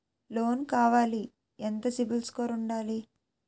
Loan కావాలి ఎంత CIBIL score ఉండాలి?